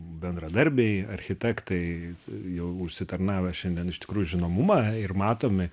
bendradarbiai architektai jau užsitarnavę šiandien iš tikrųjų žinomumą ir matomi